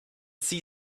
see